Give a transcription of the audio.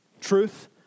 truth